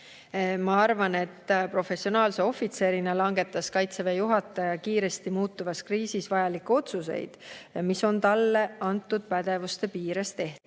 Ma arvan, et professionaalse ohvitserina langetas kaitseväe juhataja kiiresti muutuvas kriisis vajalikke otsuseid, mis on talle antud pädevuste piires tehtud.